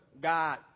God